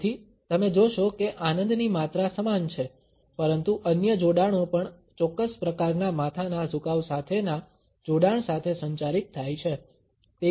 તેથી તમે જોશો કે આનંદની માત્રા સમાન છે પરંતુ અન્ય જોડાણો પણ ચોક્કસ પ્રકારના માથાના ઝુકાવ સાથેના જોડાણ સાથે સંચારિત થાય છે